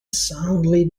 soundly